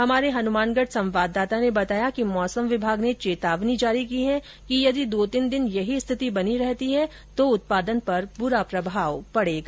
हमारे संवाददाता ने बताया कि मौसम विभाग ने चेतावनी जारी की है कि यदि दो तीन दिन यही स्थिति बनी रहती है तो उत्पादन पर बुरा प्रभाव पड़ेगा